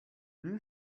you